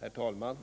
Herr talman!